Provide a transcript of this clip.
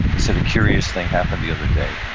he said, a curious thing happened the other day.